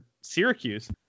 Syracuse